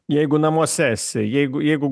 jeigu namuos esi jeigu jeigu